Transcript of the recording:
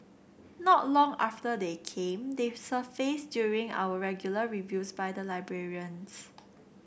not long after they came they surfaced during our regular reviews by the librarians